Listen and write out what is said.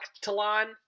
Talon